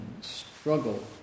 struggle